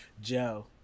Joe